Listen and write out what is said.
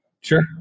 sure